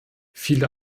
viele